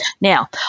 Now